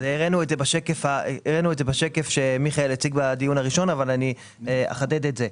הראינו את זה בשקף שמיכאל הציג בדיון הראשון אבל אני אחדד את זה.